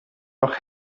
noch